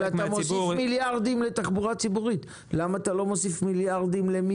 אם אתה מוסיף מיליארדים לתחבורה ציבורית,